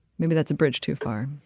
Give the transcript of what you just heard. maybe that's a bridge too far